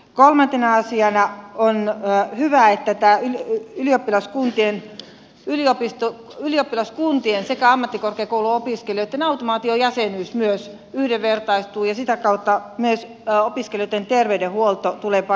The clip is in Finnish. kolmantena asiana on hyvä että ylioppilaskuntien sekä ammattikorkeakouluopiskelijoitten automaatiojäsenyys myös yhdenvertaistuu ja sitä kautta myös opiskelijoitten terveydenhuolto tulee paremmaksi